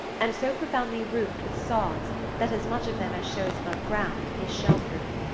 and so profoundly roofed with sods that as much of them as shows above ground is shell-proof.